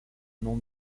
nombre